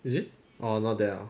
is it orh not there ah